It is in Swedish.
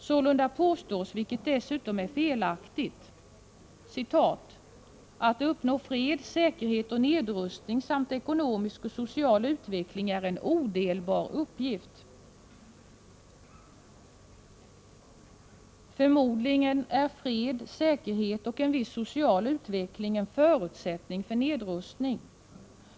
Sålunda påstås följande, vilket dessutom är felaktigt: ”Att uppnå fred, säkerhet och nedrustning samt ekonomisk och social utveckling är en odelbar uppgift.” Förmodligen är fred, säkerhet och en viss social utveckling en förutsättning för nedrustning.